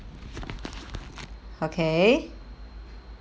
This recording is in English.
okay